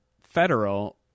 federal